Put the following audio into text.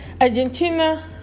Argentina